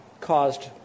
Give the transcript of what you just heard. caused